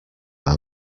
are